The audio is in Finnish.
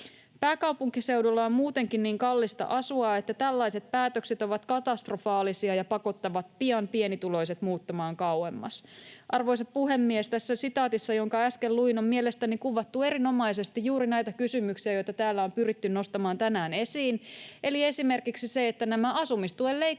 Pääkaupunkiseudulla on muutenkin niin kallista asua, että tällaiset päätökset ovat katastrofaalisia ja pakottavat pian pienituloiset muuttamaan kauemmas.” Arvoisa puhemies! Tässä sitaatissa, jonka äsken luin, on mielestäni kuvattu erinomaisesti juuri näitä kysymyksiä, joita täällä on pyritty nostamaan tänään esiin, eli esimerkiksi, että nämä asumistuen leikkaukset